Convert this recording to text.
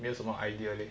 没有什么 idea leh